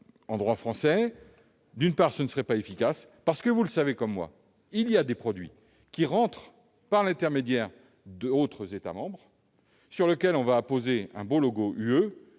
en droit français, d'une part, ne serait pas efficace parce que, vous le savez comme moi, il y a des produits qui entrent par d'autres États membres, sur lesquels on appose un beau logo «